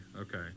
okay